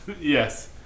Yes